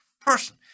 person